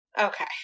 Okay